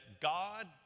God